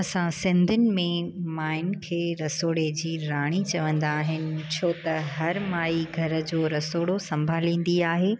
असां सिंधियुनि में माइयुनि खे रसोड़े जी राणी चवंदा आहिनि छो त हर माई घर जो रसोड़ो संभालींदी आहे